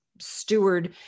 steward